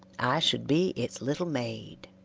i should be its little maid.